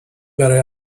برای